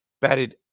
batted